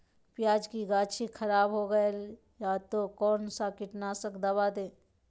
प्याज की गाछी खराब हो गया तो कौन सा कीटनाशक दवाएं दे?